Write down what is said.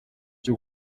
cyo